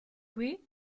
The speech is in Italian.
qui